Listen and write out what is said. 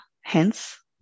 hence